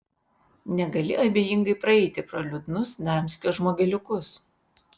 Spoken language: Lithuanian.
negali abejingai praeiti pro liūdnus damskio žmogeliukus